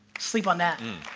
sleep on that